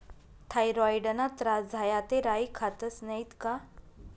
थॉयरॉईडना त्रास झाया ते राई खातस नैत का